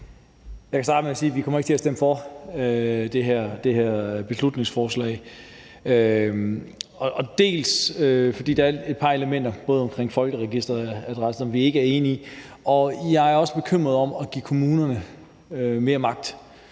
Jeg kan starte med at sige, at vi ikke kommer til at stemme for det her beslutningsforslag, fordi der er et par elementer, også omkring folkeregisteradressen, som vi ikke er enige i, og jeg er også bekymret over at give kommunerne mere magt